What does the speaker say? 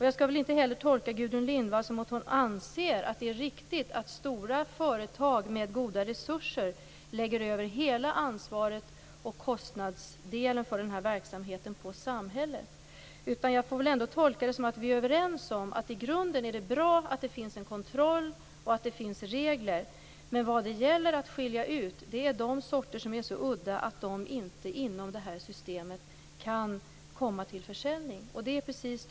Jag skall väl inte heller tolka Gudrun Lindvall som att hon anser att det är riktigt att stora företag med goda resurser lägger över hela ansvaret och kostnaden för denna verksamhet på samhället? Jag tolkar det i stället som att vi är överens om att det i grunden är bra att det finns kontroll och regler. Men det gäller att skilja ut de sorter som är så udda att de inte kan komma till försäljning inom det här systemet.